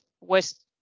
west